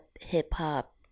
hip-hop